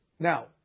Now